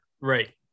Right